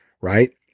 right